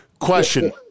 Question